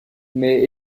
mais